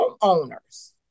homeowners